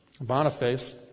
Boniface